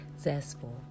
zestful